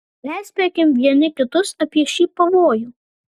perspėkim vieni kitus apie šį pavojų